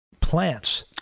plants